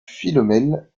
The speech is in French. philomèle